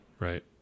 right